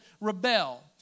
rebel